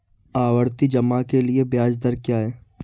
आवर्ती जमा के लिए ब्याज दर क्या है?